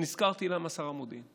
נזכרתי למה שר המודיעין.